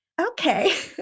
okay